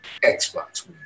Xbox